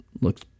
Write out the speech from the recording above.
looks